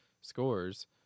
scores